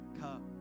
cup